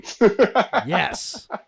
Yes